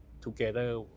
together